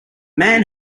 man